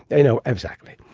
they know. exactly.